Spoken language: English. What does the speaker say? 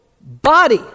body